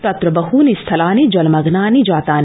तत्र बहनि स्थलानि जलमग्नानि जातानि